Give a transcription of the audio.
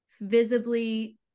visibly